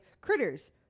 Critters